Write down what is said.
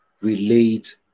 relate